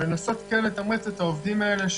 ולנסות כן לתמרץ את העובדים האלה,